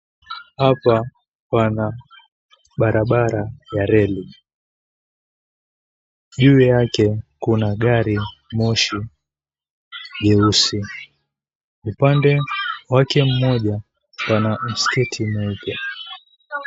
Hapa pana barabara ya reli, juu yake kuna gari moshi jeusi upande wake mmoja pana msikiti mmoja.